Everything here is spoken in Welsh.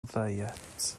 ddiet